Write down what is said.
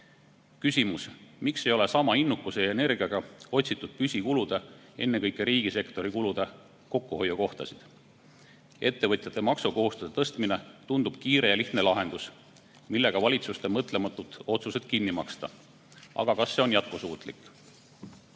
Küsimus: miks ei ole sama innukuse ja energiaga otsitud püsikulude, ennekõike riigisektori kulude kokkuhoiu kohtasid? Ettevõtjate maksukohustuste tõstmine tundub kiire ja lihtne lahendus, millega valitsuste mõtlematud otsused kinni maksta. Aga kas see on jätkusuutlik? Meie